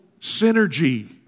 synergy